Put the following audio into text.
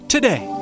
Today